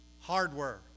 hardware